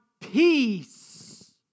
peace